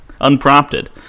Unprompted